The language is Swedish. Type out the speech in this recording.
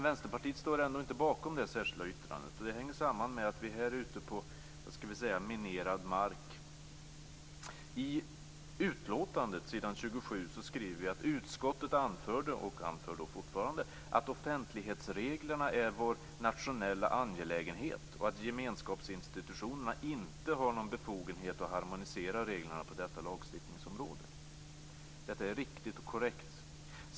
Vänsterpartiet står ändå inte bakom det särskilda yttrandet, och det hänger samman med att vi här är ute på minerad mark. På s. 27 i utlåtandet skriver vi. "Utskottet anförde" och anför fortfarande - "att offentlighetsreglerna är vår nationella angelägenhet och att gemenskapsinstitutionerna inte hade någon befogenhet att harmonisera reglerna på detta lagstiftningsområde." Detta är riktigt och korrekt.